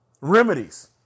remedies